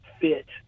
fit